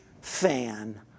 fan